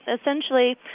Essentially